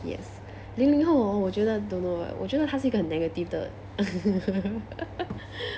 yes 零零后 hor 我觉得 don't know eh 我觉得他是一个很 negative 的